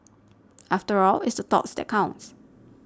after all it's the thoughts that counts